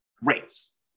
rates